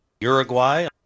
Uruguay